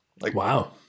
Wow